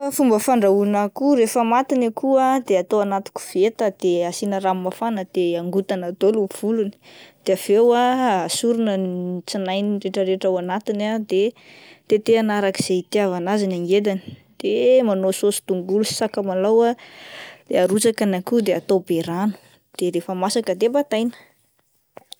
Fomba fandrahoana akoho, rehefa maty ny akoho ah de atao anaty koveta de asiana rano mafana de angotana daholo ny volony de avy eo ah asorina ny tsinainy retraretra ao anatiny de tetehina araka izay hitiavana azy ny angedany de manao sôsy tongolo sy sakamalao ah de arotsaka ny akoho de atao be rano de rehefa masaka de bataina.